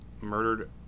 murdered